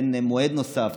תן מועד נוסף.